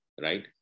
right